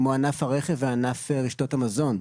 כמו ענף הרכב וענף רשתות המזון,